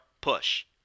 push